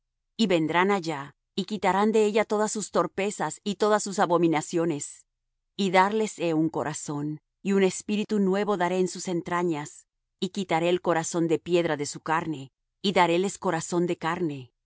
y vendrán allá y quitarán de ella todas su torpezas y todas sus abominaciones y darles he un corazón y espíritu nuevo daré en sus entrañas y quitaré el corazón de piedra de su carne y daréles corazón de carne